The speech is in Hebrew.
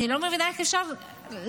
אני לא מבינה איך אפשר להמשיך.